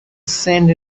cent